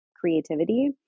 creativity